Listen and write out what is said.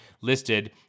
listed